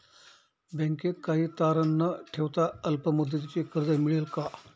बँकेत काही तारण न ठेवता अल्प मुदतीचे कर्ज मिळेल का?